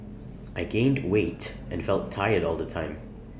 I gained weight and felt tired all the time